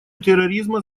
терроризма